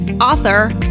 author